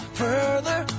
further